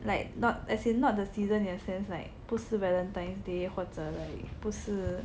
like not as in not the season in a sense like 不是 Valentine's day 或者 like 不是